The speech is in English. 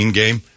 game